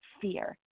Fear